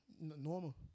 normal